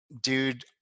Dude